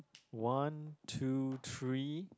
one two three